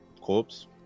corpse